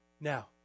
Now